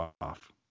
off